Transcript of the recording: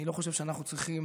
אני לא חושב שאנחנו צריכים